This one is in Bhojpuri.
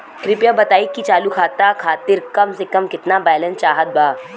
कृपया बताई कि चालू खाता खातिर कम से कम केतना बैलैंस चाहत बा